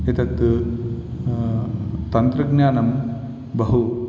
एतत् तन्त्रज्ञानं बहु